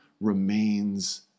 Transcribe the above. remains